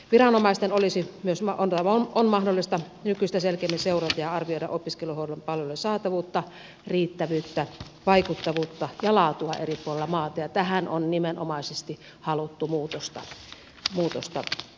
viranomaisten on myös mahdollista nykyistä selkeämmin seurata ja arvioida opiskelijahuollon palvelujen saatavuutta riittävyyttä vaikuttavuutta ja laatua eri puolilla maata ja tähän kohtaan on nimenomaisesti haluttu muutosta